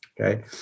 okay